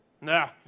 Nah